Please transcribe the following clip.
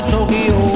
Tokyo